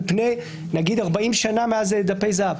על פני נגיד 40 שנים מאז דפי זהב.